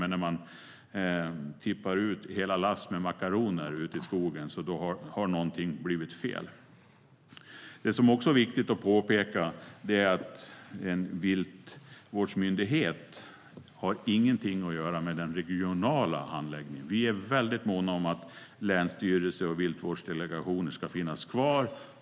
Men när man tippar ut hela lass med makaroner ute i skogen har någonting blivit fel. Det är också viktigt att påpeka att en viltvårdsmyndighet inte har någonting att göra med den regionala handläggningen. Vi är väldigt måna om att länsstyrelser och viltvårdsdelegationer ska finnas kvar.